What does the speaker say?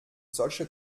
solche